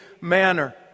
manner